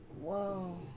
Whoa